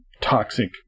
toxic